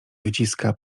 wyciska